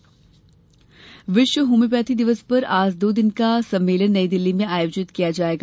homeopathy दिवस विश्व homeopathy दिवस पर आज दो दिन का सम्मेलन नई दिल्ली में आयोजित किया जायेगा